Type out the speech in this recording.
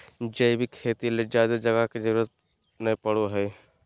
जैविक खेती ले ज्यादे जगह के जरूरत नय पड़ो हय